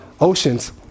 Oceans